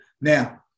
Now